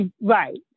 right